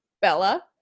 Bella